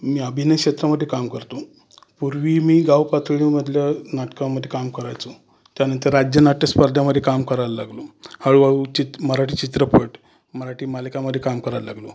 मी अभिनय क्षेत्रामध्ये काम करतो पूर्वी मी गावपातळीमधल्या नाटकामध्ये काम करायचो त्यानंतर राज्यनाट्य स्पर्धेमध्ये काम करायला लागलो हळूहळू चीत मराठी चित्रपट मराठी मालिकामध्ये काम करायला लागलो